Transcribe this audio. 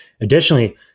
Additionally